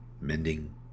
mending